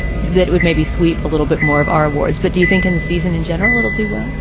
that would maybe sweep a little bit more of our awards. but do you think in the season in general, it'll do well?